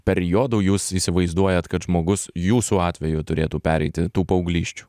periodų jūs įsivaizduojat kad žmogus jūsų atveju turėtų pereiti tų paauglysčių